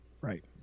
Right